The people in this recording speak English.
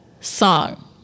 song